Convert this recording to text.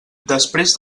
després